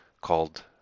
called